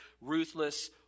ruthless